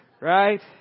right